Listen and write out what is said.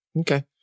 Okay